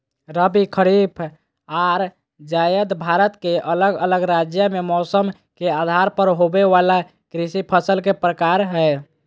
रबी, खरीफ आर जायद भारत के अलग अलग राज्य मे मौसम के आधार पर होवे वला कृषि फसल के प्रकार हय